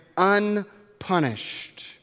Unpunished